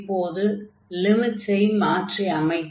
இப்போது லிமிட்ஸை மாற்றி அமைத்து விட்டோம்